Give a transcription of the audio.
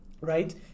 right